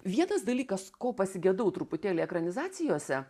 vienas dalykas ko pasigedau truputėlį ekranizacijose